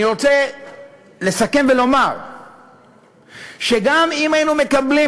אני רוצה לסכם ולומר שגם אם היינו מקבלים